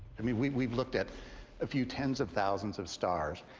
i mean, we've we've looked at a few tens of thousands of stars,